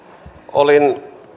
olin